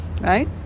right